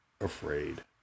afraid